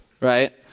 right